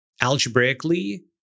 algebraically